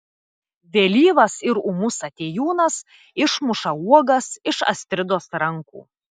vėlyvas ir ūmus atėjūnas išmuša uogas iš astridos rankų